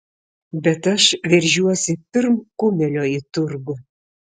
bet aš veržiuosi pirm kumelio į turgų